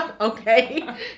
Okay